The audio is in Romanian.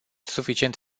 suficient